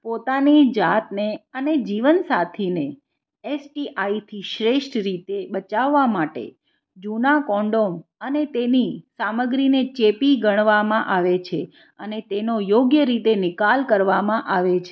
પોતાની જાતને અને જીવનસાથીને એસટીઆઈથી શ્રેષ્ઠ રીતે બચાવવા માટે જૂના કોન્ડોમ અને તેની સામગ્રીને ચેપી ગણવામાં આવે છે અને તેનો યોગ્ય રીતે નિકાલ કરવામાં આવે છે